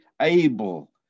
able